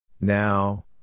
Now